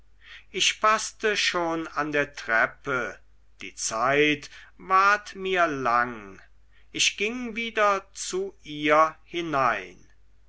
ich paßte schon an der treppe die zeit ward mir lang ich ging wieder zu ihr hinein